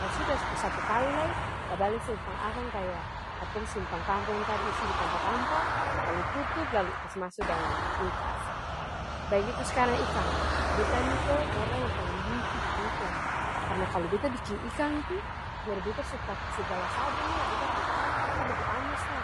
Lah suda spul satu kali lai, lah bale simpang akang kaya katong simpang kangkong tadi isi ditampa-tampa lalu tutup lalu kasi maso didalam kulkas. Bagitu skarang ikang, beta nih toh orang yang paleng binci biking ikang karna kalu beta biking ikang tuh biar beta su pake segala sabong lai beta pung tangang tuh tetap bobo anyer sa,